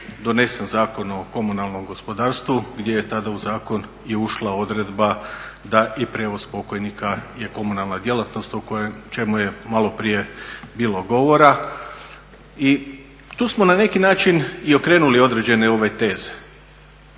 donesen Zakon o komunalnom gospodarstvu gdje je tada u zakon ušla odredba da i prijevoz pokojnika je komunalna djelatnost o čemu je maloprije bilo govora. I tu smo na neki način i okrenuli određene ove teze.